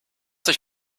sich